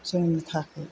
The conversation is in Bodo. जोंनि थाखाय